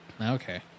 Okay